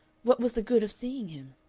what was the good of seeing him?